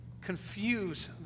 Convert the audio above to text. confuse